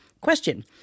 Question